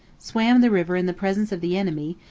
swam the river in the presence of the enemy,